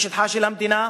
משטחה של המדינה.